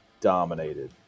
dominated